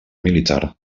militar